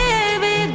Baby